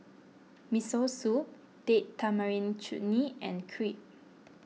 Miso Soup Date Tamarind Chutney and Crepe